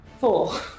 four